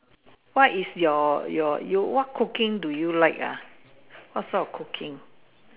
what is your your what cooking do you like ah what sort of cooking